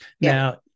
Now